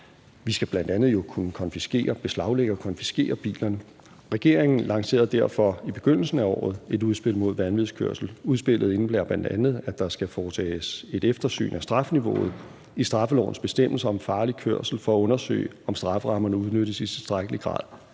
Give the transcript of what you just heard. vi skal jo bl.a. kunne beslaglægge og konfiskere bilerne. Regeringen lancerede derfor i begyndelsen af året et udspil mod vanvidskørsel. Udspillet indebærer bl.a., at der skal foretages et eftersyn af strafniveauet i straffelovens bestemmelser om farlig kørsel for at undersøge, om strafferammerne udnyttes i tilstrækkelig grad,